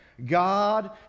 God